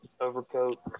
overcoat